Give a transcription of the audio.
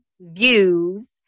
views